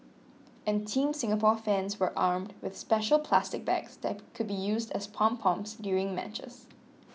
and Team Singapore fans were armed with special plastic bags that could be used as pom poms during matches